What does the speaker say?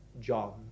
John